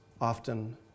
often